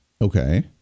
Okay